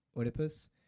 Oedipus